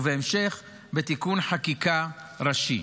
ובהמשך בתיקון חקיקה ראשי.